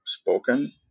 spoken